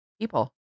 people